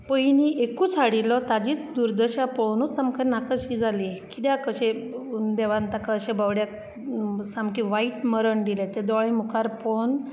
पयलीं एकूच हाडिल्लो ताजीच दुर्दशा पळोनूच आमकां नाकाशी जाली कित्याक अशें देवान ताका अशें बावड्याक सामकें वायट मरण दिलें तें दोळे मुखार पळोवन